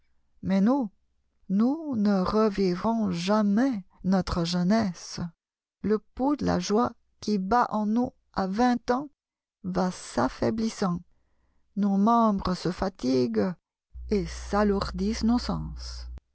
mais nous nous ne revivons jamais notre jeunesse le pouls de la joie qui bat en nous à vingt ans va s'affaiblissant nos membres se fatiguent et